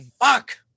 fuck